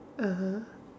(uh huh)